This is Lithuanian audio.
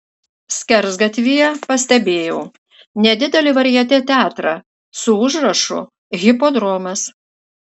skersgatvyje pastebėjau nedidelį varjetė teatrą su užrašu hipodromas